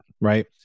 right